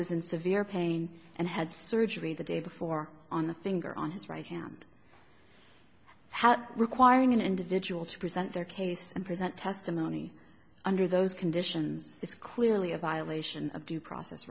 was in severe pain and had surgery the day before on the finger on his right hand how requiring an individual to present their case and present testimony under those conditions is clearly a violation of due process